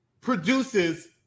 produces